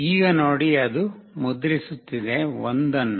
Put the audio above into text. ಈಗ ನೋಡಿ ಅದು ಮುದ್ರಿಸುತ್ತಿದೆ 1 ಅನ್ನು